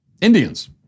Indians